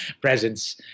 presence